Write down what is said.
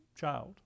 child